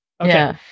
Okay